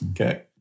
Okay